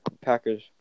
Packers